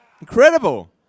Incredible